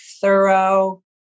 thorough